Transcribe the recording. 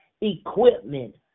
Equipment